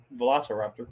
velociraptor